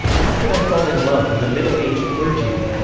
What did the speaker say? how could i fall in love with a middle-aged clergyman?